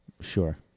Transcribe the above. Sure